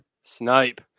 snipe